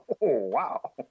wow